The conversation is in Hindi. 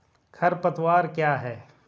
खरपतवार क्या है?